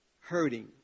hurting